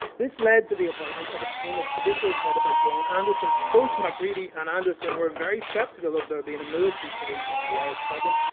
this led to the appointment of a team of officials headed by john anderson. both macready and anderson were very skeptical of there being a military solution to the irish problem,